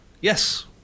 Yes